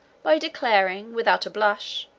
by declaring, without a blush,